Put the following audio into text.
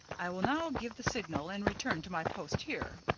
i will now give the signal and return to my post here.